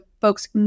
folks